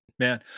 Man